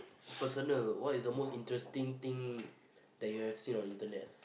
personal what is the most interesting thing that you've seen on internet